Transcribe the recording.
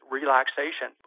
relaxation